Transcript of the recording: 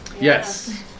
Yes